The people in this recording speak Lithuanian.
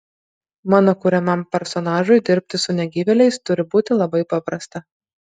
mano kuriamam personažui dirbti su negyvėliais turi būti labai paprasta